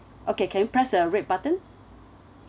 okay can you press the red button